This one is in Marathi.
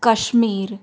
काश्मीर